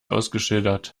ausgeschildert